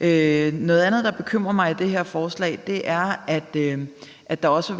Noget andet, der bekymrer mig i det her forslag, er, at der også,